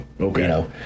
Okay